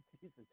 Jesus